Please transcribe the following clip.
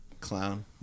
clown